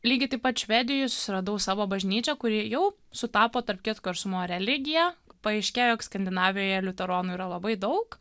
lygiai taip pat švedijoj susiradau savo bažnyčią kuri jau sutapo tarp kitko ir su mano religija paaiškėjo jog skandinavijoje liuteronų yra labai daug